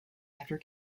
after